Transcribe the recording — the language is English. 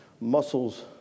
muscles